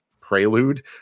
prelude